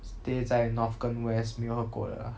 stay 在 north 跟 west 沒有喝过的啦